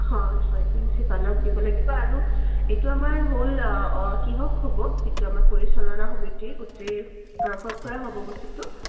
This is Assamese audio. হয় হয় প্ৰিন্সিপালক দিব লাগিব আৰু এইটো আমাৰ হ'ল কিহক হ'ব যিটো আমাৰ পৰিচালনা সমিতিৰ গোটেই তৰফৰপৰা হ'ব বস্তুটো